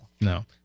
No